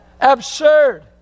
Absurd